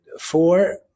four